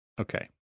Okay